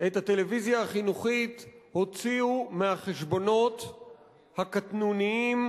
את הטלוויזיה החינוכית הוציאו מהחשבונות הקטנוניים,